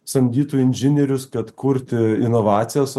samdytų inžinierius kad kurti inovacijas